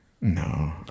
No